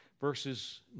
verses